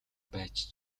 байж